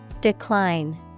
Decline